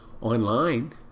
online